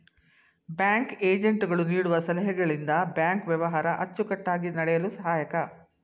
bank agent ಗಳು ನೀಡುವ ಸಲಹೆಗಳಿಂದ ಬ್ಯಾಂಕ್ ವ್ಯವಹಾರ ಅಚ್ಚುಕಟ್ಟಾಗಿ ನಡೆಯಲು ಸಹಾಯಕ